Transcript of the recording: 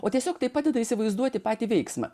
o tiesiog tai padeda įsivaizduoti patį veiksmą